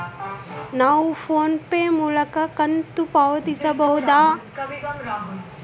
ನಾವು PhonePe ಮೂಲಕ ಕಂತು ಪಾವತಿಸಬಹುದಾ?